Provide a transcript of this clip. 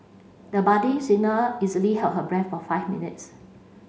the budding singer easily held her breath for five minutes